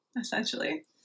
essentially